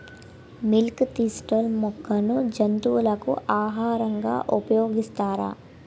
Milk thistle మొక్కను జంతువులకు ఆహారంగా ఉపయోగిస్తారా?